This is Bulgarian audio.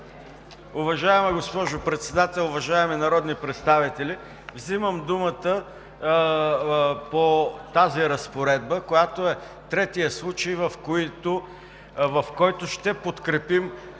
Уважаема госпожо Председател, уважаеми народни представители! Взимам думата по тази разпоредба, която е третият случай, в който ще подкрепим